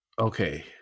okay